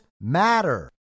matter